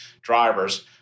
drivers